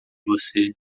você